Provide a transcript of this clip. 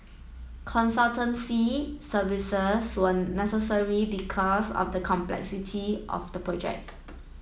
consultancy services were necessary because of the complexity of the project